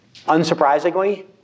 Unsurprisingly